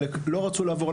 חלק לא רצו לעבור.